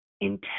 intense